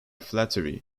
flattery